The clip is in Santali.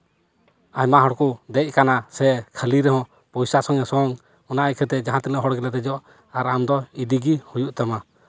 ᱟᱭᱢᱟ ᱦᱚᱲ ᱠᱚ ᱫᱮᱡ ᱠᱟᱱᱟ ᱥᱮ ᱠᱷᱟᱹᱞᱤ ᱨᱮᱦᱚᱸ ᱯᱚᱭᱥᱟ ᱥᱚᱝᱜᱮ ᱥᱚᱝ ᱚᱱᱟ ᱤᱭᱠᱷᱟᱹᱛᱮ ᱡᱟᱦᱟᱸ ᱛᱤᱱᱟᱹᱜ ᱦᱚᱲ ᱜᱮᱞᱮ ᱫᱮᱡᱚᱜ ᱟᱨ ᱟᱢ ᱫᱚ ᱤᱫᱤ ᱜᱮ ᱦᱩᱭᱩᱜ ᱛᱟᱢᱟ